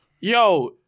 yo